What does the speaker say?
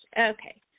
Okay